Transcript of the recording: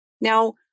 Now